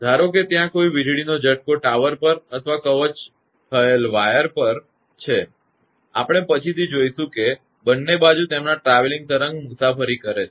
ધારો કે ત્યાં કોઈ વીજળીનો ઝટકો ટાવર પર અથવા કવચ થયેલ વાયર પર છે કે આપણે પછીથી જોઇશુ કે બંને બાજુ તેમનાં ટ્રાવેલીંગ તરંગ મુસાફરી કરે છે